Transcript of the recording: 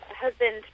husband